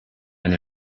and